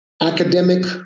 academic